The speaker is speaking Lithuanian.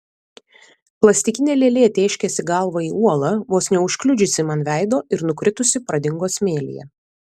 plastikinė lėlė tėškėsi galva į uolą vos neužkliudžiusi man veido ir nukritusi pradingo smėlyje